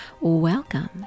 welcome